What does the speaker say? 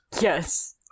Yes